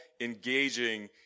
engaging